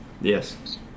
Yes